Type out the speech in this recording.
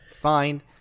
Fine